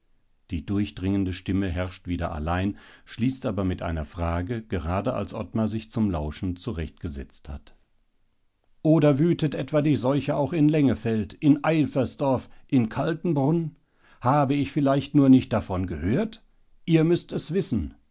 die durchdringende stimme herrscht wieder allein schließt aber mit einer frage gerade als ottmar sich zum lauschen zurechtgesetzt hat oder wütet etwa die seuche auch in lengefeld in eilfersdorf in kaltenbrunn habe ich vielleicht nur nicht davon gehört ihr müßt es wissen